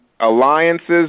alliances